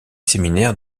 séminaire